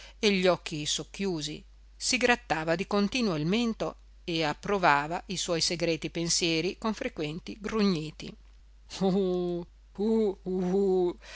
e gli occhi socchiusi si grattava di continuo il mento e approvava i suoi segreti pensieri con frequenti grugniti